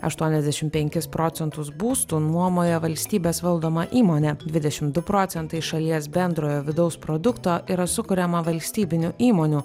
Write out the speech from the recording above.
aštuoniasdešimt penkis procentus būstų nuomoja valstybės valdoma įmonė dvidešimt du procentai šalies bendrojo vidaus produkto yra sukuriama valstybinių įmonių